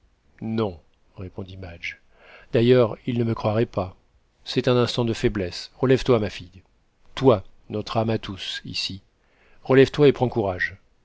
non répondit madge d'ailleurs ils ne me croiraient pas c'est un instant de faiblesse relève-toi ma fille toi notre âme à tous ici relève-toi et prends courage